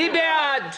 מי בעד?